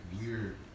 weird